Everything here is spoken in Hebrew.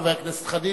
חבר הכנסת חנין,